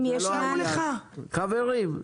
חברים.